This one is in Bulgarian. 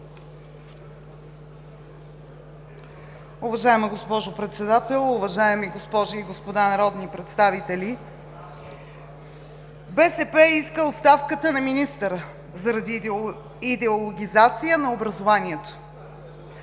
БСП иска оставката на министъра заради идеологизация на образованието.